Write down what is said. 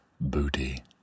booty